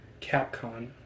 Capcom